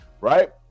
right